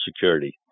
Security